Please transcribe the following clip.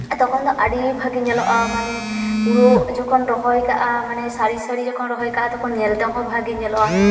ᱛᱚᱠᱷᱚᱱ ᱫᱚ ᱟᱹᱰᱤ ᱵᱷᱟᱜᱮ ᱧᱮᱞᱚᱜᱼᱟ ᱢᱟᱱᱮ ᱯᱩᱨᱟᱹ ᱡᱚᱠᱷᱚᱱ ᱨᱚᱦᱚᱭ ᱠᱟᱜᱼᱟ ᱢᱟᱱᱮ ᱥᱟᱹᱨᱤ ᱥᱟᱹᱨᱤ ᱡᱚᱠᱷᱚᱱ ᱨᱚᱦᱚᱭ ᱠᱟᱜᱼᱟ ᱛᱚᱠᱷᱚᱱ ᱧᱮᱞ ᱛᱮᱦᱚᱸ ᱵᱷᱟᱹᱜᱤ ᱧᱮᱞᱚᱜᱼᱟ